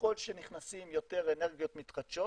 ככל שנכנסות יותר אנרגיות מתחדשות